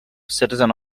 citizen